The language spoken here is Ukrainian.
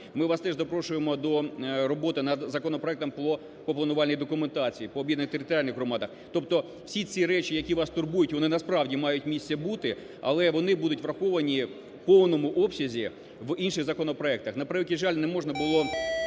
Ми вас теж запрошуємо до роботи над законопроектом по планувальній документації, по об'єднаних територіальних громадах. Тобто всі ці речі, які вас турбують, вони насправді мають місце бути, але вони будуть враховані в повному обсязі в інших законопроектах. На превеликий жаль, не можна було